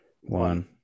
One